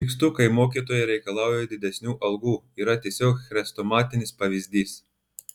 pykstu kai mokytojai reikalauja didesnių algų yra tiesiog chrestomatinis pavyzdys